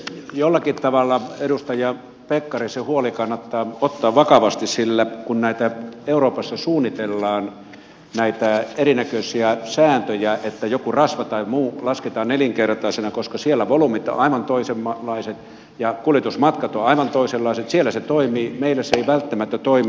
jollakin tavalla edustaja pekkarisen huoli kannattaa ottaa vakavasti sillä kun euroopassa suunnitellaan näitä erinäköisiä sääntöjä että joku rasva tai muu lasketaan nelinkertaisena koska siellä volyymit ovat aivan toisenlaiset ja kuljetusmatkat ovat aivan toisenlaiset siellä se toimii meillä se ei välttämättä toimi